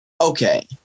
okay